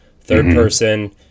Third-person